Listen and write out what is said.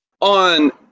on